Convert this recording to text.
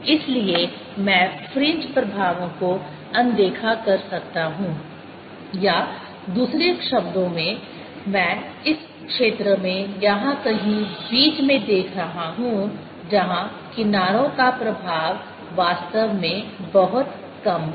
इसलिए मैं फ्रिंज प्रभावों को अनदेखा कर सकता हूं या दूसरे शब्दों में मैं इस क्षेत्र में यहां कहीं बीच में देख रहा हूं जहां किनारों का प्रभाव वास्तव में बहुत कम है